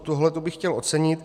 Tohleto bych chtěl ocenit.